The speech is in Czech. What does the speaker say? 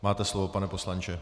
Máte slovo, pane poslanče.